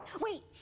Wait